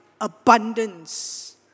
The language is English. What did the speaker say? abundance